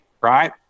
right